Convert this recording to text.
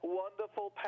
wonderful